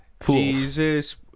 Jesus